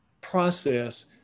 process